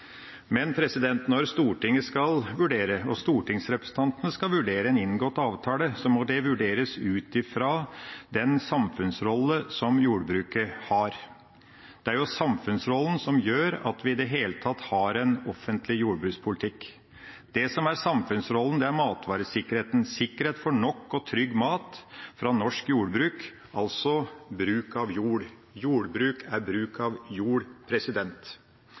Når Stortinget og stortingsrepresentantene skal vurdere en inngått avtale, må det vurderes ut ifra den samfunnsrollen som jordbruket har. Det er samfunnsrollen som gjør at vi i det hele tatt har en offentlig jordbrukspolitikk. Det som er samfunnsrollen, er matvaresikkerheten – sikkerhet for nok og trygg mat fra norsk jordbruk, altså bruk av jord. Jordbruk er bruk av jord.